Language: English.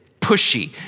pushy